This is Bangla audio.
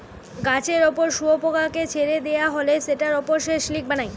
গাছের উপর শুয়োপোকাকে ছেড়ে দিয়া হলে সেটার উপর সে সিল্ক বানায়